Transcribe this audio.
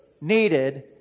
needed